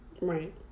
Right